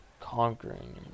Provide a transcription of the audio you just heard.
conquering